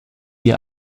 ihr